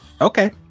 okay